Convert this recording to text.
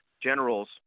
Generals